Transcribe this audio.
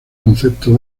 concepto